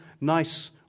nice